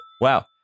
Wow